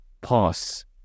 pause